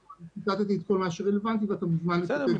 אני ציטטתי את כל מה שרלוונטי ואתה מוזמן לצטט --- בסדר,